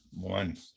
one